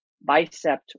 bicep